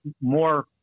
more